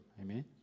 amen